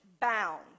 bound